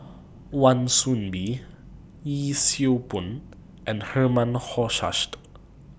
Wan Soon Bee Yee Siew Pun and Herman Hochstadt